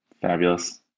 Fabulous